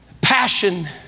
passion